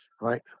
right